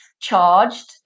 charged